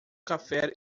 café